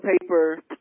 paper